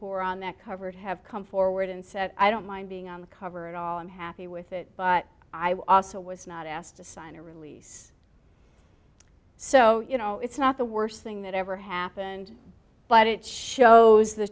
who are on that covered have come forward and said i don't mind being on the cover at all i'm happy with it but i also was not asked to sign a release so you know it's not the worst thing that ever happened but it shows the